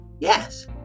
yes